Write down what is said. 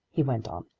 he went on.